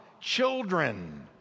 Children